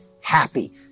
happy